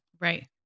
Right